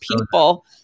people